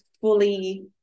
fully